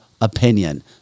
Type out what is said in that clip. opinion